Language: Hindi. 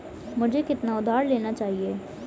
मुझे कितना उधार लेना चाहिए?